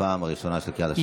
בפעם הראשונה בקריאת השמות.